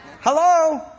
Hello